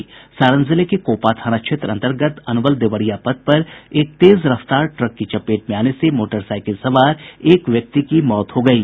सारण जिले के कोपा थाना क्षेत्र अंतर्गत अनवल देवरिया पथ पर एक तेज रफ्तार ट्रक की चपेट में आने से मोटरसाईकिल सवार एक व्यक्ति की मौत हो गयी